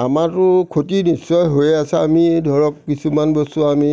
আমাৰো ক্ষতি নিশ্চয় হৈ আছে আমি ধৰক কিছুমান বস্তু আমি